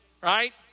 Right